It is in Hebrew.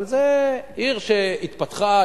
אבל זו עיר שהתפתחה,